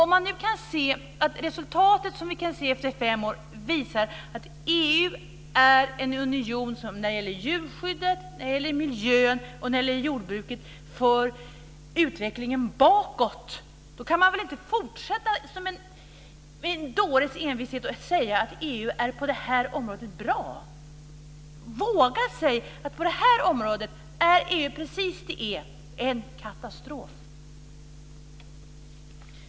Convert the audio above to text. Om nu det resultat som vi kan se efter fem år visar att EU är en union som när det gäller djurskyddet, miljön och jordbruket för utvecklingen bakåt kan man väl inte med en dåres envishet fortsätta att säga att EU är bra på det här området. Våga säg att EU på det här området är precis vad det är, nämligen en katastrof!